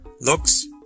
looks